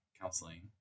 counseling